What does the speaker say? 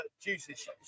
Juices